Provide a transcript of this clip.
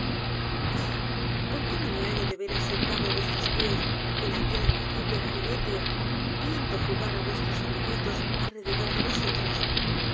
por qué no me hallo de veras sentado á vuestros pies en aquel apacible gabinete viendo jugar á nuestros amiguitos alrededor de nosotros